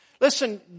Listen